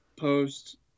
Post